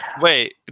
Wait